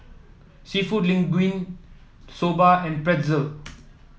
seafood Linguine Soba and Pretzel